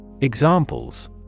Examples